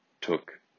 took